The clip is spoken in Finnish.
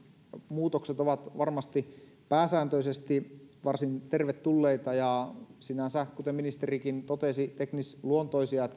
muutokset ovat varmasti pääsääntöisesti varsin tervetulleita ja sinänsä kuten ministerikin totesi teknisluontoisia